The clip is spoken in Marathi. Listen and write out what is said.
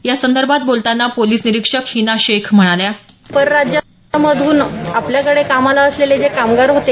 यासंदर्भात बोलतांना पोलिस निरीक्षक हिना शेख म्हणाल्या परराज्यामधून आपल्याकडे कामाला असलेले जे कामगार होते